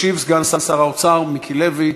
ישיב סגן שר האוצר מיקי לוי.